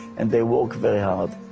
and they worked very hard.